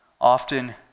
Often